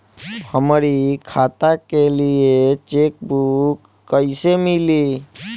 हमरी खाता के लिए चेकबुक कईसे मिली?